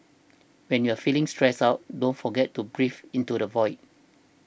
when you are feeling stressed out don't forget to breathe into the void